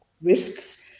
risks